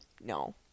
No